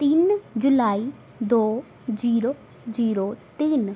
ਤਿੰਨ ਜੁਲਾਈ ਦੋ ਜੀਰੋ ਜੀਰੋ ਤਿੰਨ